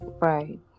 Right